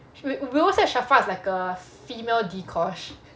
we all say sharfaa is like a female dee kosh